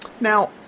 Now